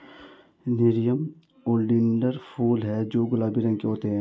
nerium oleander फूल हैं जो गुलाबी रंग के होते हैं